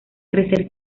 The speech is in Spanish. crecer